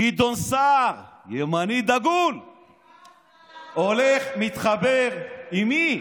גדעון סער, ימני דגול, הולך, מתחבר, עם מי?